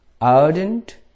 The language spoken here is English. ardent